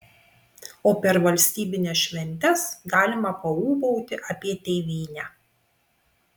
o per valstybines šventes galima paūbauti apie tėvynę